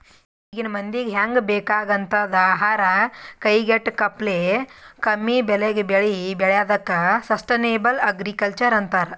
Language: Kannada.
ಈಗಿನ್ ಮಂದಿಗ್ ಹೆಂಗ್ ಬೇಕಾಗಂಥದ್ ಆಹಾರ್ ಕೈಗೆಟಕಪ್ಲೆ ಕಮ್ಮಿಬೆಲೆಗ್ ಬೆಳಿ ಬೆಳ್ಯಾದಕ್ಕ ಸಷ್ಟನೇಬಲ್ ಅಗ್ರಿಕಲ್ಚರ್ ಅಂತರ್